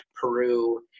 Peru